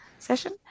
session